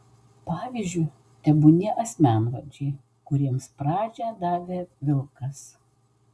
pavyzdžiu tebūnie asmenvardžiai kuriems pradžią davė vilkas